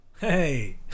hey